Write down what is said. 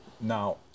Now